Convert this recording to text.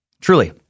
truly